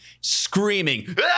screaming